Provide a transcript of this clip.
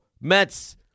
Mets